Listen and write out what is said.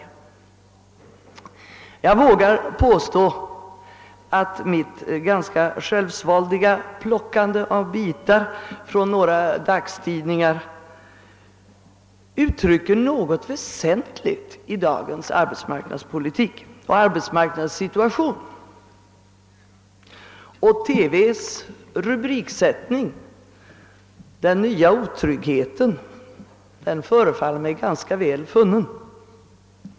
Jag vågar ändå påstå att mitt ganska självsvåldiga plockande med bitar från några dagstidningar uttrycker något väsentligt i dagens arbetsmarknadssituation. TV:s rubrik »Den nya otryggheten» förefaller mig ganska väl funnen.